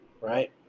right